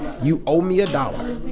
you owe me a dollar,